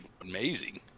amazing